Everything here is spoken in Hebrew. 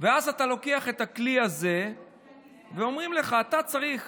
ואז אתה לוקח את הכלי הזה ואומרים לך, אתה צריך